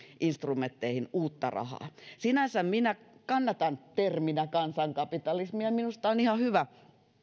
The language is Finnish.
instrumentteihin uutta rahaa sinänsä minä kannatan terminä kansankapitalismia ja minusta on ihan hyvä